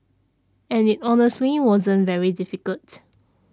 and it honestly wasn't very difficult